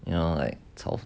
you know like 炒